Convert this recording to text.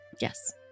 Yes